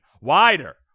wider